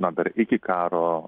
na dar iki karo